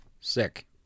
sick